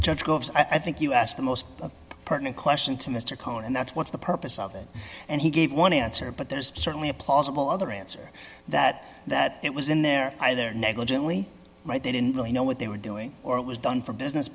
all i think you asked the most pertinent question to mr cohen and that's what's the purpose of it and he gave one answer but there's certainly a plausible other answer that that it was in there either negligently right they didn't really know what they were doing or it was done for business